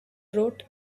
wrote